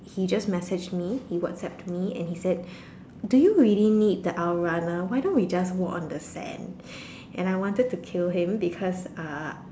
he just messaged he WhatsApp me and he said do you really need the aisle runner why don't we walk on the sand and I wanted to kill him because uh